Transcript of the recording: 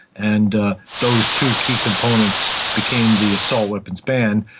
and those two key components became the assault weapons ban.